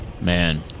Man